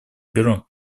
бюро